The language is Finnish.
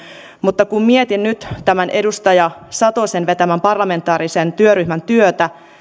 mutta kun mietin nyt tämän edustaja satosen vetämän parlamentaarisen työryhmän työtä